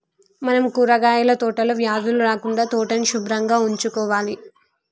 మనం కూరగాయల తోటలో వ్యాధులు రాకుండా తోటని సుభ్రంగా ఉంచుకోవాలి